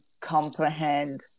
comprehend